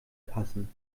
passen